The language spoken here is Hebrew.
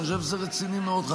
אני חושב שזה רציני מאוד.